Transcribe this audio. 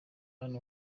hano